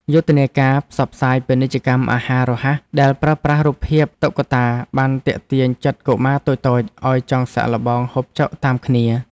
យុទ្ធនាការផ្សព្វផ្សាយពាណិជ្ជកម្មអាហាររហ័សដែលប្រើប្រាស់រូបភាពតុក្កតាបានទាក់ទាញចិត្តកុមារតូចៗឲ្យចង់សាកល្បងហូបចុកតាមគ្នា។